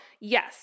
yes